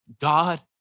God